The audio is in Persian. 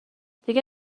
دیگه